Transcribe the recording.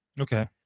okay